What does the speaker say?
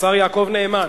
השר יעקב נאמן,